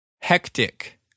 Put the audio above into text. hectic